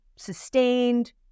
sustained